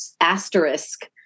asterisk